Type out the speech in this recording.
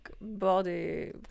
body